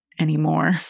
anymore